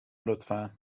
لطفا